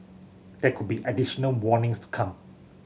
there could be additional warnings to come